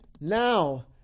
now